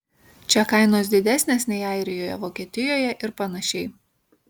čia kainos didesnės nei airijoje vokietijoje ir panašiai